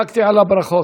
דילגתי על הברכות.